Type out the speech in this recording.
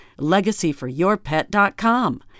LegacyForYourPet.com